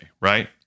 right